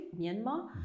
Myanmar